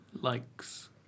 likes